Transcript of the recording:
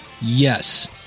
yes